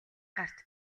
гарт